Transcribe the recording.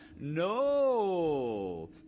no